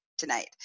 tonight